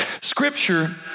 Scripture